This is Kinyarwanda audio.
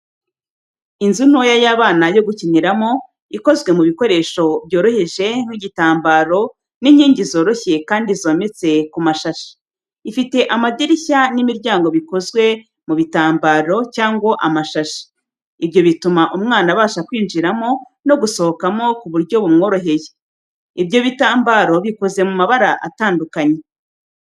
Inzu ntoya y'abana yo gukiniramo, ikozwe mu bikoresho byoroheje nk'igitambaro n'inkingi zoroshye kandi zometse ku mashashi, ifite amadirishya n'imiryango bikoze mu bitambaro cyangwa amashashi. Ibyo bituma umwana abasha kwinjiramo no gusohokamo ku buryo bumworeheye. Ibyo bitambaro bikoze mu mabara atandukanye.